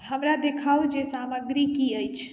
हमरा देखाउ जे सामग्री कि अछि